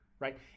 right